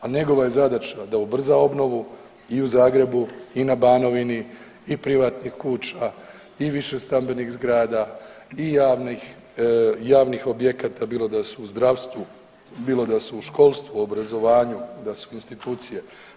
A njegova je zadaća da ubrza obnovu i u Zagrebu, i na banovini i privatnih kuća i više stambenih zgrada i javnih objekata bilo da su u zdravstvu, bilo da su u školstvu, obrazovanju, da su institucije.